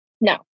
No